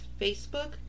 Facebook